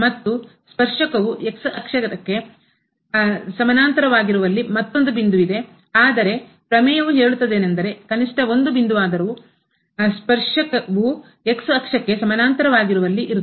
ಮತ್ತು ಸ್ಪರ್ಶಕವು ಸಮಾನಾಂತರವಾಗಿರುವಲ್ಲಿ ಮತ್ತೊಂದು ಆದರೆ ಪ್ರಮೇಯವು ಹೇಳುತ್ತದೇನೆಂದರೆ ಕನಿಷ್ಠ ಒಂದು ಬಿಂದುವಾದರೂ ಸ್ಪರ್ಶಕವು ಸಮಾನಾಂತರವಾಗಿರುವಲ್ಲಿ ಇರುತ್ತದೆ